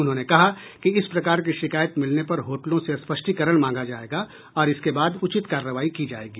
उन्होंने कहा कि इस प्रकार की शिकायत मिलने पर होटलों से स्पष्टीकरण मांगा जायेगा और इसके बाद उचित कार्रवाई की जायेगी